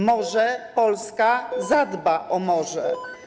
Może Polska zadba o morze.